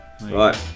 Right